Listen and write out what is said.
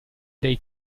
dei